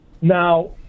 Now